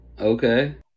Okay